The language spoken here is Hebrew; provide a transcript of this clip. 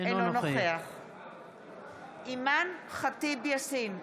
אינו נוכח אימאן ח'טיב יאסין,